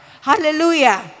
Hallelujah